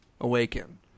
awaken